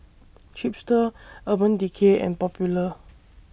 Chipster Urban Decay and Popular